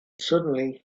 suddenly